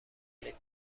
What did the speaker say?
کنید